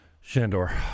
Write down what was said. Shandor